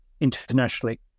internationally